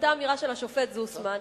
באותה אמירה של השופט זוסמן,